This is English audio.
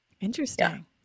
Interesting